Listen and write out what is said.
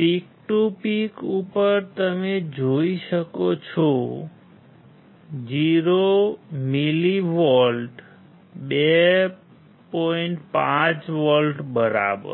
peak to peak ઉપર તમે જોઈ શકો છો 0 મિલીવોલ્ટ 2 5 વોલ્ટ બરાબર